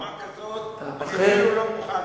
בצורה כזאת, לא מוכן.